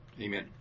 Amen